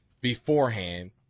beforehand